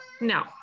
no